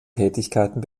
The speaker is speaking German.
tätigkeiten